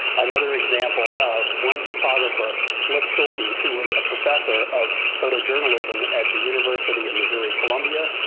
another example of one photographer, flip schulke, who was a professor of photojournalism at the university of missouri columbia.